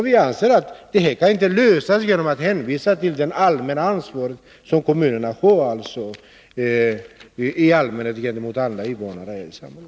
Vi anser att detta inte kan lösas genom att man hänvisar till det allmänna ansvar som kommunerna har i allmänhet, gentemot alla invandrare här i samhället.